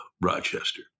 Rochester